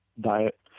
diet